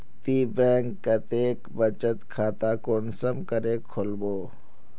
ती बैंक कतेक बचत खाता कुंसम करे खोलबो?